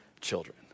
children